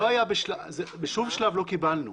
בשום שלב לא קיבלנו,